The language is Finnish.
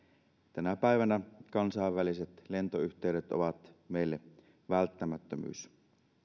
tänä päivänä kansainväliset lentoyhteydet ovat meille välttämättömyys